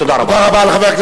תודה רבה לך.